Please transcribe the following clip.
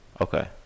Okay